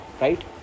right